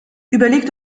überlegt